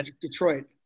Detroit